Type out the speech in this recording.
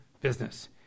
business